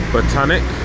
Botanic